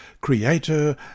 creator